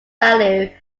value